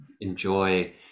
enjoy